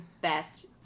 best